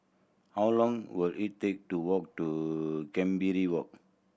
how long will it take to walk to Walk